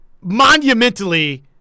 monumentally